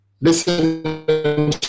Listen